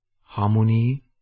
harmony